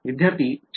विद्यार्थी चार्ज